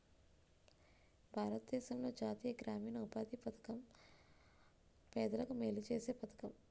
భారతదేశంలో జాతీయ గ్రామీణ ఉపాధి హామీ పధకం పేదలకు మేలు సేసే పధకము